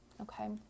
Okay